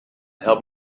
help